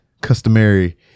customary